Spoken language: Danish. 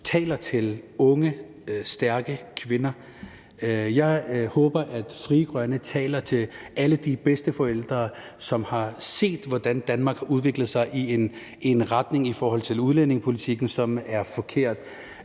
taler til unge, stærke kvinder. Jeg håber, at Frie Grønne taler til alle de bedsteforældre, som har set, hvordan Danmark har udviklet sig i en retning i forhold til udlændingepolitikken, som er forkert.